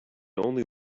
only